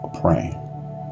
praying